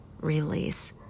release